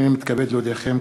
הנני מתכבד להודיעכם,